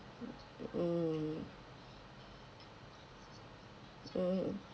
mm mm